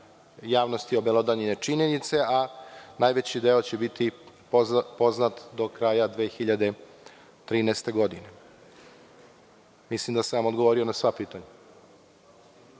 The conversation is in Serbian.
javnosti su obelodanjene činjenice, a najveći deo će biti poznat do kraja 2013. godine. Mislim da sam vam odgovorio na sva pitanja.